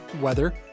weather